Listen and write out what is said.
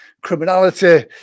criminality